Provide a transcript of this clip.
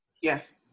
Yes